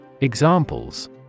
Examples